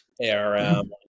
ARM